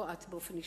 לא את באופן אישי.